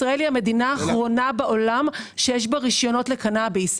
ישראל היא המדינה האחרונה בעולם שיש בה רשיונות לקנאביס.